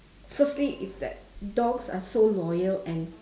firstly is that dogs are so loyal and